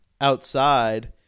outside